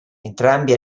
entrambi